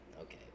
okay